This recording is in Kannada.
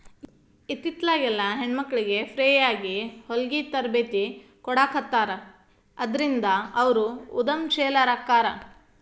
ಇತ್ತಿತ್ಲಾಗೆಲ್ಲಾ ಹೆಣ್ಮಕ್ಳಿಗೆ ಫ್ರೇಯಾಗಿ ಹೊಲ್ಗಿ ತರ್ಬೇತಿ ಕೊಡಾಖತ್ತಾರ ಅದ್ರಿಂದ ಅವ್ರು ಉದಂಶೇಲರಾಕ್ಕಾರ